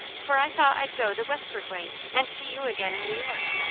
for i thought i'd go the westward way and see you again in new york.